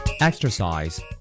Exercise